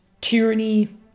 tyranny